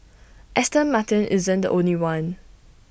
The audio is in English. Aston Martin isn't the only one